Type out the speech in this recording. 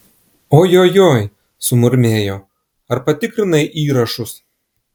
ojojoi sumurmėjo ar patikrinai įrašus